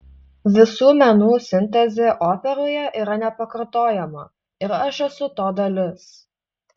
visų menų sintezė operoje yra nepakartojama ir aš esu to dalis